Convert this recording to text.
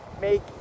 make